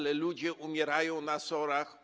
Ludzie umierają na SOR-ach.